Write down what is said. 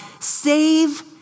save